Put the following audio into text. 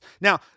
Now